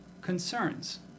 concerns